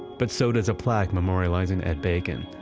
but so does a plaque memorializing ed bacon.